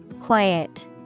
Quiet